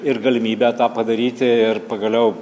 ir galimybę tą padaryti ir pagaliau